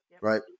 Right